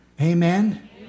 Amen